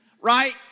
right